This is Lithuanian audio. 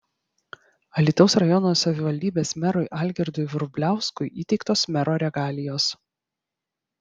alytaus rajono savivaldybės merui algirdui vrubliauskui įteiktos mero regalijos